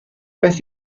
beth